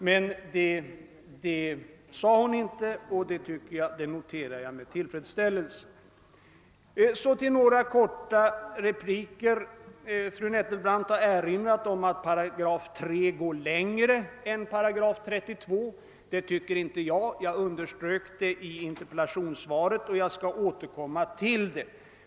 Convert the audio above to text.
Men det sade fru Nettelbrandt inte, och det noterar jag med tillfredsställelse. Så till några korta repliker. Fru Nettelbrandt har erinrat om att 3 8 i statstjänstemannalagen går längre än § 32 i SAF:s stadgar. Det tycker inte jag. Jag underströk det i interpellationssvaret, och jag skall återkomma till det.